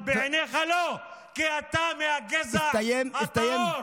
אבל בעיניך לא, כי אתה מהגזע הטהור.